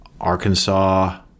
Arkansas